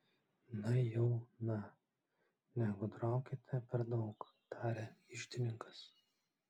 na jau na negudraukite per daug tarė iždininkas